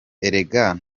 erega